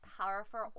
powerful